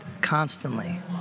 constantly